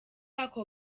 ako